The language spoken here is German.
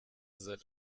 seid